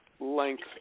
length